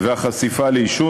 והחשיפה לעישון.